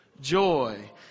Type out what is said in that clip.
joy